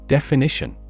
Definition